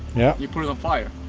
yeah you put it on fire.